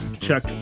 Check